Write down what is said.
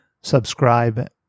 subscribe